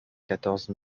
quatorze